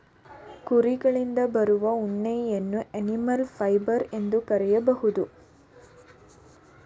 ಕುರಿಗಳಿಂದ ಬರುವ ಉಣ್ಣೆಯನ್ನು ಅನಿಮಲ್ ಫೈಬರ್ ಎಂದು ಕರಿಬೋದು